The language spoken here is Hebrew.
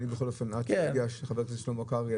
עד שהגיע חבר הכנסת שלמה קרעי,